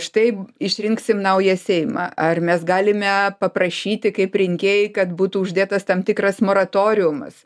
štai išrinksim naują seimą ar mes galime paprašyti kaip rinkėjai kad būtų uždėtas tam tikras moratoriumas